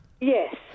Yes